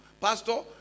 Pastor